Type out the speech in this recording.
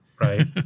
right